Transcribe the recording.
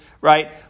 right